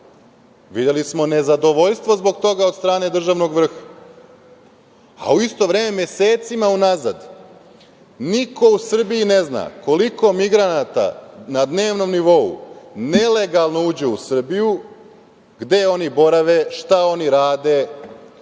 Videli smo nezadovoljstvo zbog toga, od strane državnog vrha, a u isto vreme, mesecima unazad, niko u Srbiji ne zna koliko migranata na dnevnom nivou nelegalno uđe u Srbiju, gde oni borave, šta oni rade.